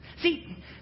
See